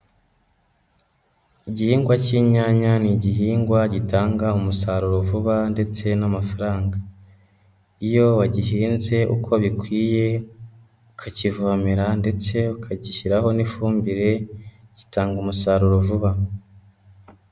Igihingwa k'inyanya ni igihingwa gitanga umusaruro vuba ndetse n'amafaranga, iyo wagihinze uko bikwiye ukakivomera ndetse ukagishyiraho n'ifumbire gitanga umusaruro vuba.